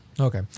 Okay